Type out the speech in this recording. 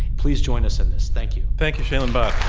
please join us in this. thank you. thank you, shailen bhatt.